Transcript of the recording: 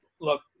look